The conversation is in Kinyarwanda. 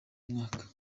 mwaka